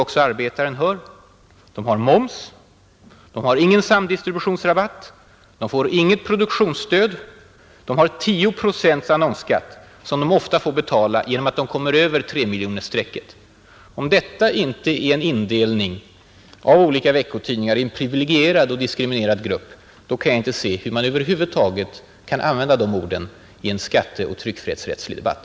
Dessa tidningar har moms, de har ingen samdistributionsrabatt, de får inget produktionsstöd, de har 10 procents annonsskatt som de ofta får betala genom att de kommer över tremiljonersstrecket. Om detta inte är en indelning av olika veckotidningar i en privilegierad och en diskriminerad grupp kan jag inte se hur man över huvud taget kan använda de orden i en skatteoch tryckfrihetsrättslig debatt.